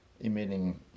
emitting